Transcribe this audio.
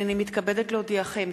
הנני מתכבדת להודיעכם,